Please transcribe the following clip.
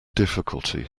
difficulty